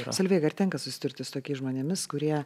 solveiga ar tenka susidurti su tokiais žmonėmis kurie